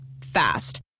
Fast